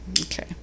Okay